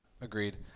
Agreed